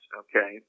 okay